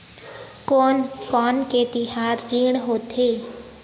कोन कौन से तिहार ऋण होथे?